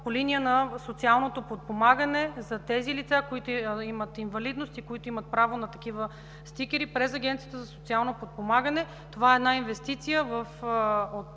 по линия на социалното подпомагане за тези лица, които имат инвалидност и имат право на такива стикери през Агенцията за социално подпомагане. Това е инвестиция от